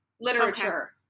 Literature